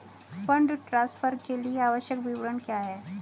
Fund transfer के लिए आवश्यक विवरण क्या हैं?